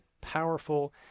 powerful